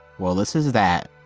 well, this is that,